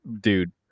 dude